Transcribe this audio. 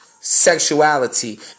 sexuality